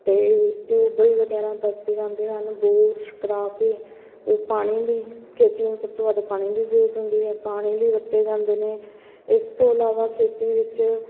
ਅਤੇ ਟਿਊਬਵੈੱਲ ਵਗੈਰਾ ਵਰਤੇ ਜਾਂਦੇ ਹਨ ਬੋਰ ਕਰਾ ਕੇ ਉਹ ਪਾਣੀ ਲਈ ਖੇਤੀ ਨੂੰ ਸਭ ਤੋਂ ਵੱਧ ਪਾਣੀ ਦੀ ਜ਼ਰੂਰਤ ਹੁੰਦੀ ਹੈ ਪਾਣੀ ਲਈ ਵਰਤੇ ਜਾਂਦੇ ਨੇ ਇਸ ਤੋਂ ਇਲਾਵਾ ਖੇਤੀ ਵਿੱਚ